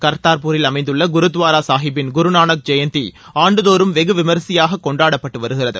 கா்தா்பூரில் அமைந்துள்ள குருத்வாரா சாஹிப்பின் குருநானக் ஜெயந்தி ஆண்டுதோறும் வெகு விமரிசையாக கொண்டாடப்பட்டு வருகிறது